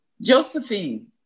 Josephine